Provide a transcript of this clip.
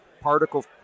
Particle